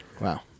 Wow